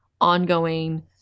ongoing